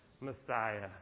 Messiah